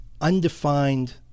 undefined